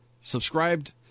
subscribed